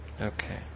Okay